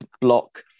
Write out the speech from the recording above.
block